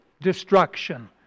destruction